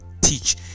teach